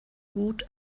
gut